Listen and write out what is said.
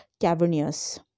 cavernous